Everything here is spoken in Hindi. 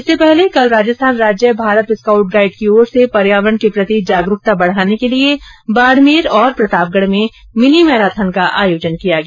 इससे पहले कल राजस्थान राज्य भारत स्काउट गाइड की ओर से पर्यावरण के प्रति जागरूकता बढाने के लिये बाड़मेर और प्रतापगढ़ में मिनी मैराथन का आयोजन किया गया